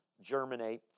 germinate